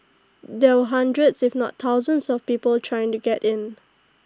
there were hundreds if not thousands of people trying to get in